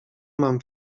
mam